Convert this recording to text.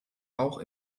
auch